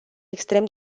extrem